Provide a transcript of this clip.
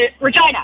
Regina